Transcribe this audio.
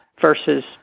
versus